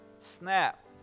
snap